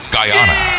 Guyana